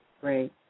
great